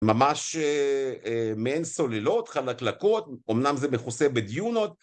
ממש מעין סוללות, חלקלקות, אמנם זה מכוסה בדיונות.